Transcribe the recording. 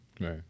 Right